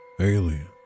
Alien